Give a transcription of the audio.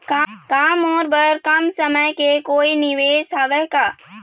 का मोर बर कम समय के कोई निवेश हावे का?